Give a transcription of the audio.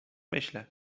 myślę